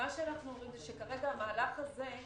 מה שאנחנו אומרים זה שכרגע המהלך הזה,